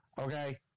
Okay